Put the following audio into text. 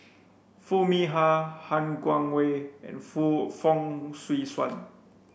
Foo Mee Har Han Guangwei and Fu Fong Swee Suan